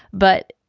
but,